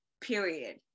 period